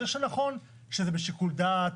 זה נכון שזה בשיקול דעת,